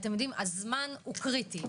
הזמן הוא קריטי.